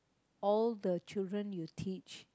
all the children you teach